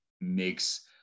makes